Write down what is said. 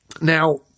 now